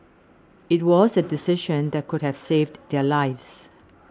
it was a decision that could have saved their lives